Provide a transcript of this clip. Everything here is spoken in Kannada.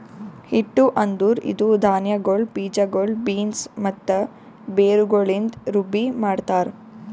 ಹಿಟ್ಟು ಅಂದುರ್ ಇದು ಧಾನ್ಯಗೊಳ್, ಬೀಜಗೊಳ್, ಬೀನ್ಸ್ ಮತ್ತ ಬೇರುಗೊಳಿಂದ್ ರುಬ್ಬಿ ಮಾಡ್ತಾರ್